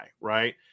right